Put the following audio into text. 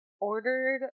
ordered